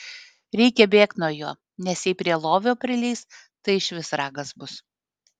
reikia bėgt nuo jo nes jei prie lovio prileis tai išvis ragas bus